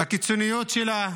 בקיצוניות שלה,